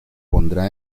pondrá